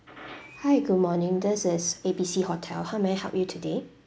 hi good morning this is A B C hotel how may I help you today